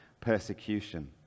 persecution